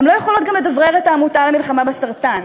הן לא יכולות גם לדברר את העמותה למלחמה בסרטן,